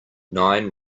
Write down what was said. nine